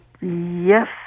Yes